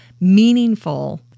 meaningful